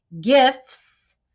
gifts